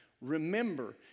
Remember